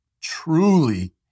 truly